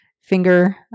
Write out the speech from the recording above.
Finger